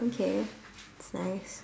okay that's nice